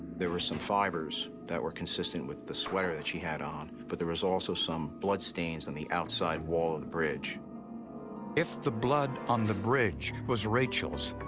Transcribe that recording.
there were some fibers that were consistent with the sweater that she had on, but there was also some bloodstains on the outside wall of the bridge. narrator if the blood on the bridge was rachel's,